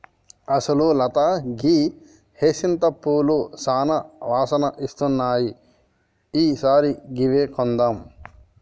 అసలు లత గీ హైసింత పూలు సానా వాసన ఇస్తున్నాయి ఈ సారి గివ్వే కొందాం